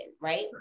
right